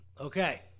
Okay